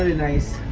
ah nice